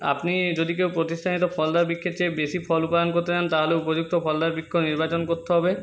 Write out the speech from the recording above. আপনি যদি কেউ প্রতিষ্ঠানিত ফল দেওয়ার বৃক্ষের চেয়ে বেশি ফল উৎপাদন করতে চান তাহলে উপযুক্ত ফল দেওয়ার বৃক্ষ নির্বাচন করতে হবে